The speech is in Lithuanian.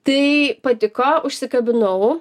tai patiko užsikabinau